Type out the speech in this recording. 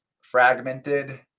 fragmented